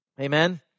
Amen